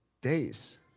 days